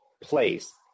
place